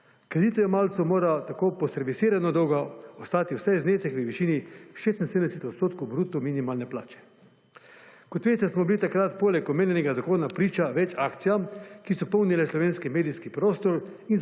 Kreditojemalcu mora tako po servisiranju dolga ostati vsaj znesek v višini 76 % bruto minimalne plače. Kot veste, smo bili takrat, poleg omenjenega zakona, priča več akcijam, ki so polnile slovenski medijski prostor,